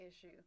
issue